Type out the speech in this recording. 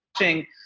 watching